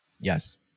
yes